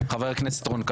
חבר הכנסת רון כץ.